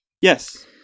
Yes